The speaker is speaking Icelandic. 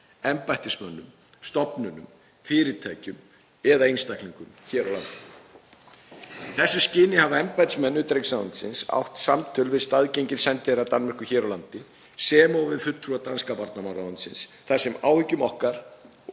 embættismönnum, stofnunum, fyrirtækjum eða einstaklingum hér á landi. Í þessu skyni hafa embættismenn utanríkisráðuneytisins átt samtöl við staðgengil sendiherra Danmerkur hér á landi sem og við fulltrúa danska varnarmálaráðuneytisins þar sem áhyggjum okkar